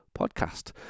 podcast